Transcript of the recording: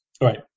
right